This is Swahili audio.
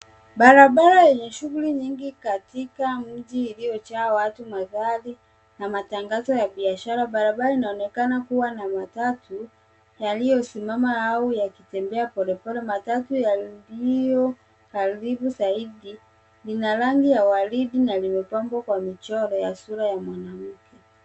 Barabara yenye shughuli nyingi katika mji iliyojaa watu, magari na matangazo ya biashara. Barabara inaonekana kuwa na matatu yaliyosimama au yakitembea polepole. Matatu yaliyo karibu zaidi, lina rangi ya waridi na limepambwa kwa michoro ya sura ya mwanamke.